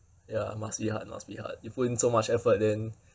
ya must be hard must be hard you put in so much effort then